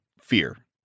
fear